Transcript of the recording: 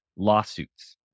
lawsuits